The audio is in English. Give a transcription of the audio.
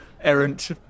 errant